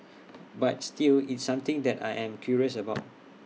but still it's something that I am curious about